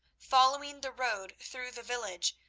following the road through the village,